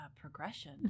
progression